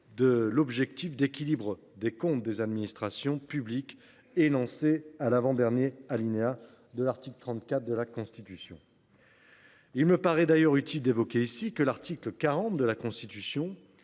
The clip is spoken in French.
de « l’objectif d’équilibre des comptes des administrations publiques » énoncé à l’avant dernier alinéa de l’article 34 de la Constitution. Il me paraît d’ailleurs utile d’évoquer ici que l’article 40 de la Constitution